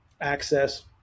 access